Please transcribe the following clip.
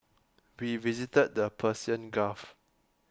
we visited the Persian Gulf